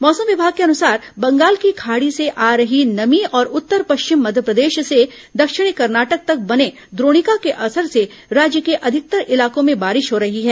मौसम विभाग के अनुसार बंगाल की खाड़ी से आ रही नमी और उत्तर पश्चिम मध्यप्रदेश से दक्षिणी कर्नाटक तक बने द्रोणिका के असर से राज्य के अधिकतर इलाकों में बारिश हो रही है